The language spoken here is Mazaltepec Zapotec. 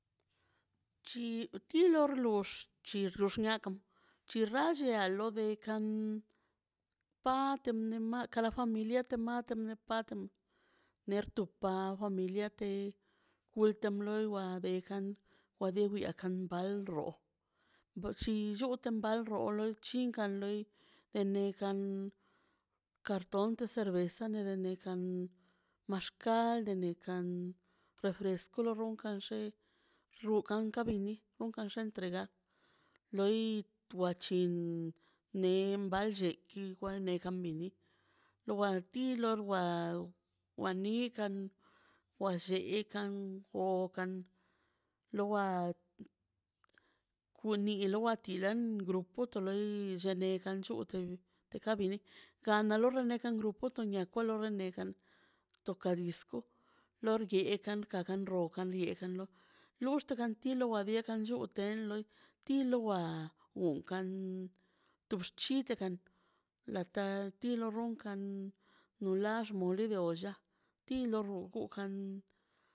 Chi ti lo rlux chi rlulx niakan chi rrachi lo de kam pat de mak kara familia tmat pat ner tu pafamilia de wilta blor wa dejam o de wiyakan bal rro chi cho chutan bal rro c̱hinkan le de ne gan cartón de cerveza ne de ne ka maxcal de ne kan refresco lorrunka xe rrukan kabini rrukan entregar loi wa chin nemballe igual nekam bini lo wal til lo wal wani kan wa lleekan oo kan lo wal kulniḻ grupo to loi lla nekan llute de karbini kan lo rene kan grupo to niakwa lo renekaꞌn to kadisko lorguekaꞌ kagan rokan yeekaꞌ lo luxkan ti lo wa diekaꞌ blluuten loi tilo wa wonkan tubixchite gan lata tilo rronkan nulax mole de olla tilo organ.